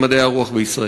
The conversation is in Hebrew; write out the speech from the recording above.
מדעי הרוח בישראל.